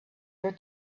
your